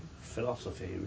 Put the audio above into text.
philosophy